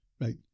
Right